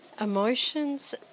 Emotions